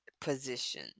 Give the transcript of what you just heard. position